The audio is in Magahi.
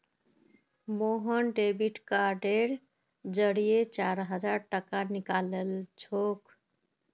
मोहन डेबिट कार्डेर जरिए चार हजार टाका निकलालछोक